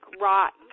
rock